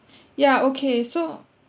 ya okay so